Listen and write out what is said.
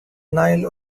nile